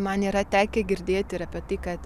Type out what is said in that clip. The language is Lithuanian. man yra tekę girdėti ir apie tai kad